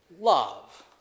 love